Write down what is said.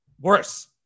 Worse